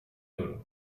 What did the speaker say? oro